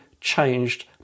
changed